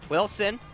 Wilson